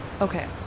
Okay